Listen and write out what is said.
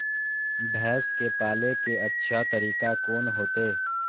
भैंस के पाले के अच्छा तरीका कोन होते?